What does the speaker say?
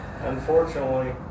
Unfortunately